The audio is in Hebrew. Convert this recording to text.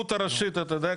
יודע,